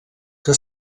que